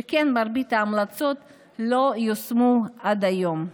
שכן מרבית ההמלצות לא יושמו עד היום,